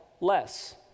less